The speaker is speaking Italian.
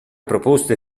proposte